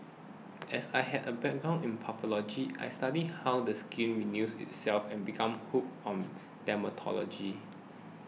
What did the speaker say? as I had a background in pathology I studied how the skin renews itself and became hooked on dermatology